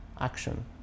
action